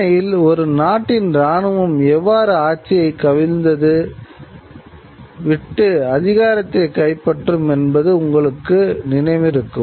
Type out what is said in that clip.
உண்மையில் ஒரு நாட்டின் இராணுவம் எவ்வாறு ஆட்சியை கவிழ்த்து விட்டு அதிகாரத்தை கைப்பற்றும் என்பது உங்களுக்கு நினைவிருக்கும்